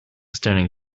standing